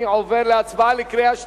אני עובר להצבעה בקריאה שלישית.